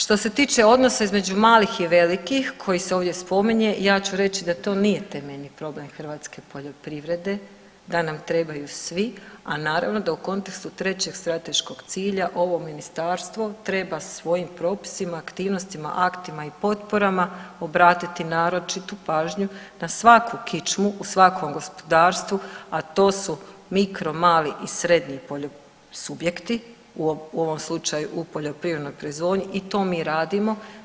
Što se tiče odnosa između malih i velikih koji se ovdje spominje ja ću reći da to nije temeljni problem hrvatske poljoprivrede, da nam trebaju svi, a naravno da u kontekstu trećeg strateškog cilja ovo Ministarstvo treba svojim propisima, aktivnostima, aktima i potporama obratiti naročitu pažnju na svaku kičmu u svakom gospodarstvu, a to su mikro, mali i srednji subjekti u ovom slučaju u poljoprivrednoj proizvodnji i to mi radimo.